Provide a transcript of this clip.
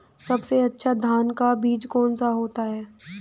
सबसे अच्छा धान का बीज कौन सा होता है?